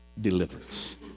deliverance